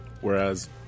Whereas